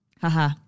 Haha